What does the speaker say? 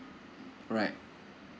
alright